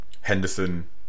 Henderson